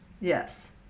Yes